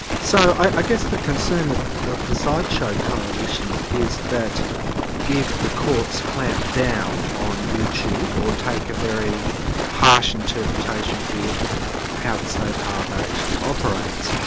so i guess the concern of of the sideshow coalition is that if the courts clamp down on youtube, or take a very harsh interpretation of um how the safe harbour actually operates,